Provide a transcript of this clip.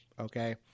okay